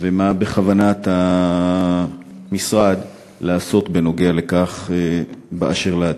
2. מה בכוונת המשרד לעשות בנוגע לכך באשר לעתיד?